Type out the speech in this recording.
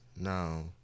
No